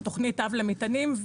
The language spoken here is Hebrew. את תוכנית אב למטענים,